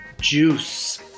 juice